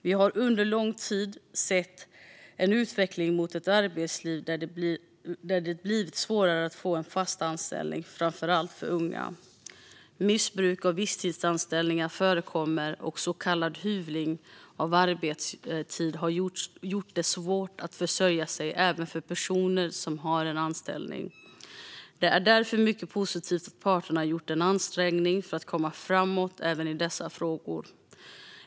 Vi har under lång tid sett en utveckling mot ett arbetsliv där det blivit svårare att få en fast anställning, framför allt för unga. Missbruk av visstidsanställningar förekommer, och så kallad hyvling av arbetstid har gjort det svårt att försörja sig även för personer som har en anställning. Det är därför mycket positivt att parterna gjort en ansträngning för att komma framåt även i dessa frågor.